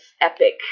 epic